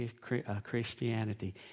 Christianity